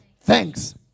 Thanks